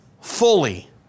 fully